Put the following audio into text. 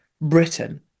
Britain